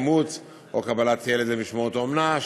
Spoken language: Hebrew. אימוץ או קבלת ילד למשמורת או אומנה,